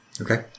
Okay